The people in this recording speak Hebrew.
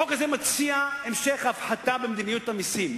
החוק הזה מציע המשך הפחתה במדיניות המסים.